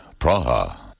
Praha